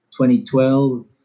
2012